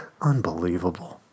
Unbelievable